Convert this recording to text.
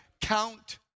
count